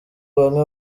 bamwe